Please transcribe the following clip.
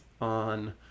on